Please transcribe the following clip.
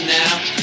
now